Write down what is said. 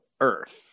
earth